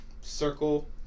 circle